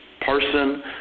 person